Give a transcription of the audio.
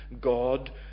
God